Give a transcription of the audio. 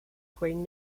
queen